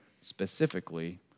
specifically